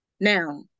Now